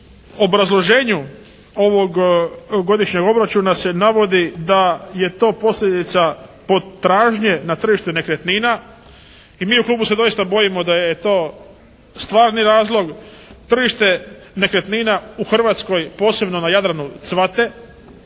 obrazloženju ovog godišnjeg obračuna se navodi da je to posljedica potražnje na tržištu nekretnina. I mi u klubu se doista bojimo da je to stvarni razlog. Tržište nekretnina u Hrvatskoj, posebno na Jadranu cvate,